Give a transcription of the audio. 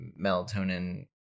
melatonin